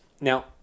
Now